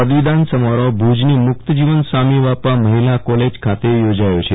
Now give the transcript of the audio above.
પદવીદાન સમારોહ ભુજની મુકતજીવન સ્વામીબાપા મહિલા કોલેજ ખાતે યોજાશે